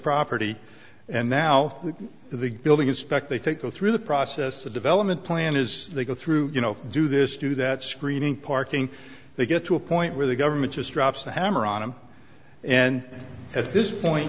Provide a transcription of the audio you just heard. property and now the building inspect they take you through the process the development plan is they go through you know do this do that screening parking they get to a point where the government just drops the hammer on him and at this point